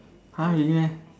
!huh! really meh